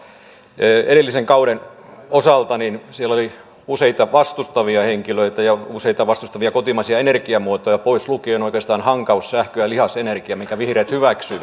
edellisen kauden osalta siellä oli useita vastustavia henkilöitä useita kotimaisia energiamuotoja vastustavia pois lukien oikeastaan hankaussähkö ja lihasenergia mitkä vihreät hyväksyivät